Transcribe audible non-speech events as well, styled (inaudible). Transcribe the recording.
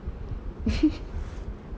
(laughs)